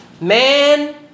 Man